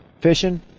fishing